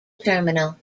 terminal